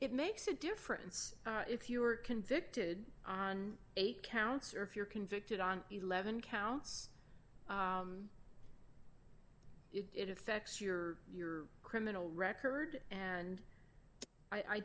it makes a difference if you are convicted on eight counts or if you're convicted on eleven counts it effects your your criminal record and i